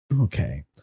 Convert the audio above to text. Okay